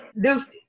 Deuces